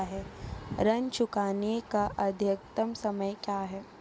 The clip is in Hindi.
ऋण चुकाने का अधिकतम समय क्या है?